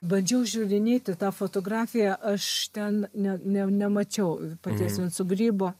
bandžiau žiūrinėti tą fotografiją aš ten ne ne nemačiau paties vinco grybo